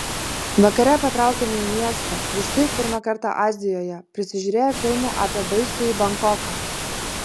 vakare patraukėme į miestą visi pirmą kartą azijoje prisižiūrėję filmų apie baisųjį bankoką